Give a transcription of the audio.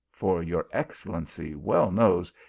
for your ex cellency well knows,